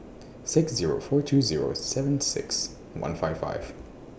six Zero four two Zero seven six one five five